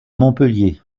montpellier